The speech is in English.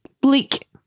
Bleak